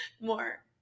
more